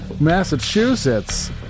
Massachusetts